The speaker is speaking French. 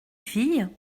fille